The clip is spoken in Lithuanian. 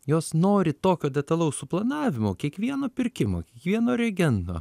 jos nori tokio detalaus suplanavimo kiekvieno pirkimokiekvieno reagento